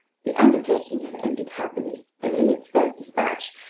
the undertaking had ended happily, and in its first dispatch,